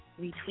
retweet